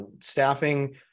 Staffing